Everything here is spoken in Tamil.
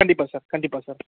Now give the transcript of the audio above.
கண்டிப்பாக சார் கண்டிப்பாக சார்